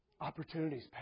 Opportunities